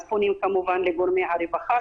אז פונים כמובן לגורמי הרווחה,